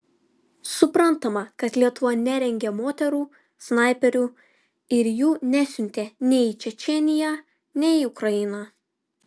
suprantama kad lietuva nerengė moterų snaiperių ir jų nesiuntė nei į čečėniją nei į ukrainą